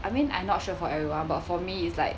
I mean I'm not sure for everyone but for me it's like